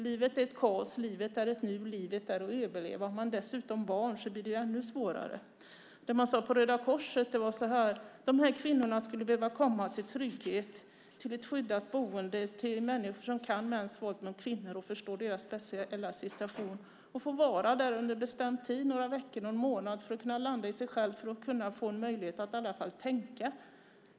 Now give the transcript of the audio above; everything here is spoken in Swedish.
Livet är ett kaos, livet är ett nu, och livet är att överleva. Har man dessutom barn blir det ännu svårare. Man sade på Röda Korset: De här kvinnorna skulle behöva komma till trygghet, till ett skyddat boende och till människor som kan mäns våld mot kvinnor och förstår deras speciella situation. De behöver få vara där under bestämd tid några veckor, någon månad för att kunna landa i sig själva och få en möjlighet att i varje fall tänka.